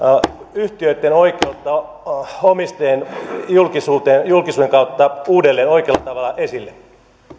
yhtiöitten oikeus omistajien julkisuuteen julkisuuden kautta uudelleen oikealla tavalla esille